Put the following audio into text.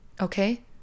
okay